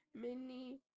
Mini